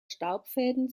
staubfäden